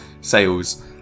sales